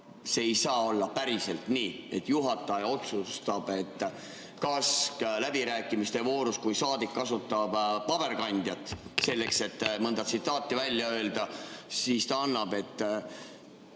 see ei saa olla päriselt nii, et juhataja otsustab, läbirääkimiste voorus, ja kui saadik kasutab paberkandjat selleks, et mõnda tsitaati välja öelda, siis ta annab